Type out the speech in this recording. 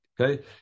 Okay